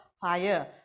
fire